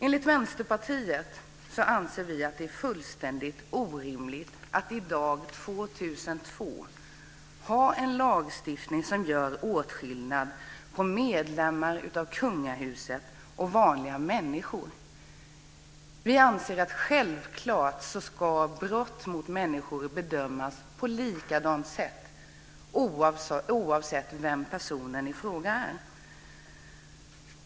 Vi i Vänsterpartiet anser att det är fullständigt orimligt att det i dag, år 2002, finns en lagstiftning som gör åtskillnad mellan medlemmar av kungahuset och vanliga människor. Självklart ska brott bedömas på likadant sätt oavsett vem den drabbade är.